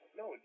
No